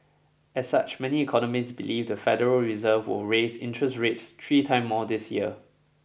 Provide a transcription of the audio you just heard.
as such many economists believe the Federal Reserve will raise interest rates three time more this year